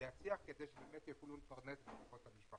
להצליח כדי שבאמת יוכלו לפרנס את המשפחה.